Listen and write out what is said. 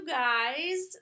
guys